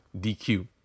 DQ